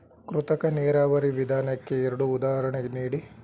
ಕೃತಕ ನೀರಾವರಿ ವಿಧಾನಕ್ಕೆ ಎರಡು ಉದಾಹರಣೆ ನೀಡಿ?